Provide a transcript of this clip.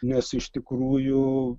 nes iš tikrųjų